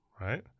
right